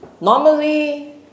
Normally